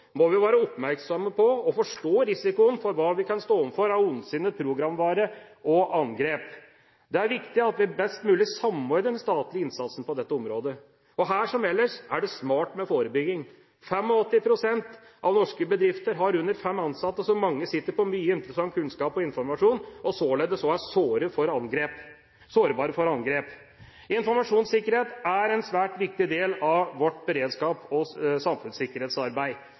må vi være oppmerksomme på og forstå risikoen for hva vi kan stå overfor av ondsinnet programvare og angrep. Det er viktig at vi best mulig samordner den statlige innsatsen på dette området, og her, som ellers, er det smart med forebygging. 85 pst. av norske bedrifter har under fem ansatte, som mange sitter på mye og interessant kunnskap og informasjon og således også er sårbare for angrep. Informasjonssikkerhet er en svært viktig del av vårt beredskaps- og samfunnssikkerhetsarbeid.